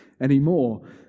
anymore